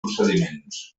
procediments